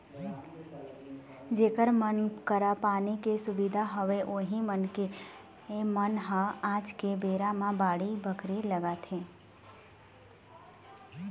जेखर मन करा पानी के सुबिधा हवय उही मनखे मन ह आज के बेरा म बाड़ी बखरी लगाथे